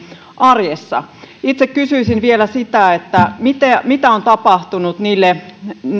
arjessa itse kysyisin vielä sitä mitä on tapahtunut